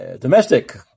domestic